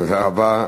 תודה רבה.